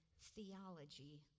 Theology